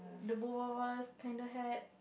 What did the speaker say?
the both of us kind of had